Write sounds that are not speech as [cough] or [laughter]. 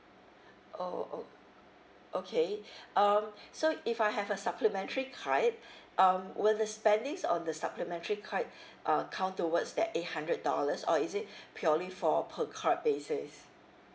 [breath] oh o~ okay [breath] um so if I have a supplementary card [breath] um will the spendings on the supplementary card [breath] uh count towards that eight hundred dollars or is it [breath] purely for per card basis